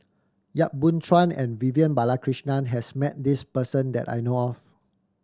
Yap Boon Chuan and Vivian Balakrishnan has met this person that I know of